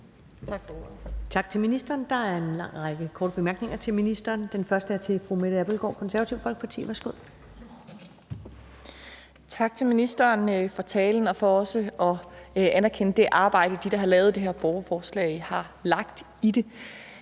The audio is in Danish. Tak til ministeren. Der er en lang række korte bemærkninger til ministeren. Den første er fra fru Mette Abildgaard, Konservative Folkeparti. Værsgo. Kl. 15:50 Mette Abildgaard (KF): Tak til ministeren for talen og for også at anerkende det arbejde, som dem, der har lavet det her borgerforslag, har lagt i det.